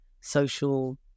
social